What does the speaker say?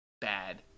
bad